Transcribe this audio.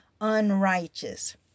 unrighteous